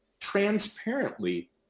transparently